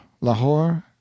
Lahore